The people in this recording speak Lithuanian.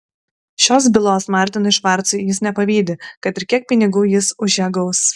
šios bylos martinui švarcui jis nepavydi kad ir kiek pinigų jis už ją gaus